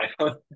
iPhone